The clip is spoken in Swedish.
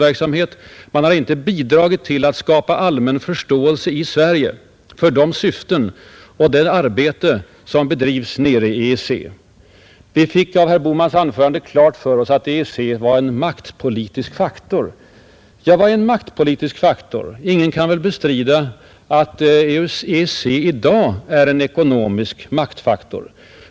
Den har inte bidragit till att skapa allmän förståelse i Sverige för de syften och det arbete som bedrivs nere i EEC, Vi fick av herr Bohmans anförande klart för oss att EEC var en maktpolitisk faktor, sade utrikesministern. Ja, vad är en maktpolitisk faktor? Ingen kan väl bestrida att EEC i dag är en ekonomisk maktfaktor.